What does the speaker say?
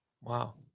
Wow